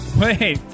Wait